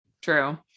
True